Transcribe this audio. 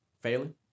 Failing